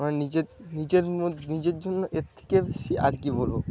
আমার নিজের নিজের মধ্যে নিজের জন্য এর থেকে বেশি আর কি বলব